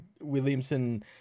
williamson